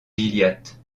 gilliatt